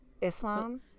Islam